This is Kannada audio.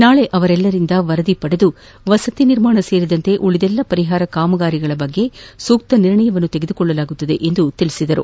ನಾಳೆ ಅವರೆಲ್ಲರಿಂದ ವರದಿ ಪಡೆದು ವಸತಿ ನಿರ್ಮಾಣ ಸೇರಿದಂತೆ ಉಳಿದೆಲ್ಲ ಪರಿಹಾರ ಕಾಮಗಾರಿಗಳ ಕುರಿತು ಸೂಕ್ತ ನಿರ್ಣಯವನ್ನು ತೆಗೆದುಕೊಳ್ಳಲಾಗುವುದು ಎಂದು ಹೇಳಿದರು